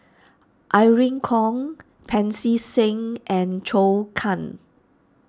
Irene Khong Pancy Seng and Zhou Can